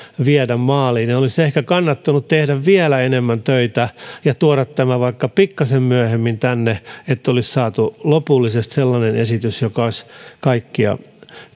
viedä maaliin olisi ehkä kannattanut tehdä vielä enemmän töitä ja tuoda tämä vaikka pikkasen myöhemmin tänne jotta olisi saatu lopullisesti sellainen esitys joka olisi kaikkia